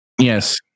yes